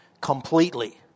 completely